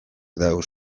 daude